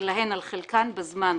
שלהן על חלקן בזמן.